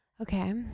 Okay